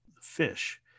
fish